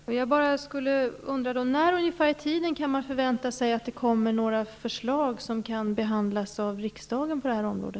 Fru talman! Jag undrar när ungefär man kan förvänta sig att det kommer några förslag som kan behandlas av riksdagen på detta område.